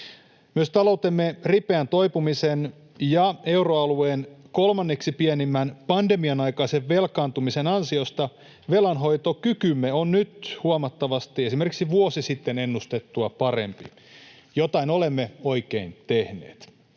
Myös taloutemme ripeän toipumisen ja euroalueen kolmanneksi pienimmän pandemianaikaisen velkaantumisen ansiosta velanhoitokykymme on nyt huomattavasti esimerkiksi vuosi sitten ennustettua parempi. Jotain olemme oikein tehneet.